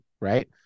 Right